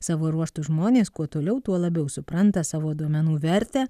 savo ruožtu žmonės kuo toliau tuo labiau supranta savo duomenų vertę